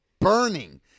burning